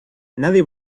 nadie